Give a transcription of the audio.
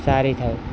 સારી થાય